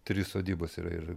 trys sodybos yra ir